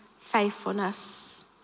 faithfulness